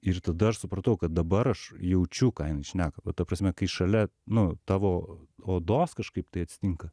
ir tada aš supratau kad dabar aš jaučiu ką jinai šneka va ta prasme kai šalia nu tavo odos kažkaip tai atsitinka